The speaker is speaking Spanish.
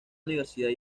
universidad